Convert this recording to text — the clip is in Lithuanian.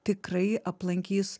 tikrai aplankys